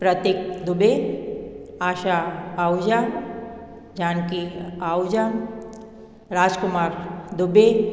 Prateek Dubey Asha Ahuja Janaki Ahuja Rajkumar Dubey